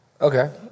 Okay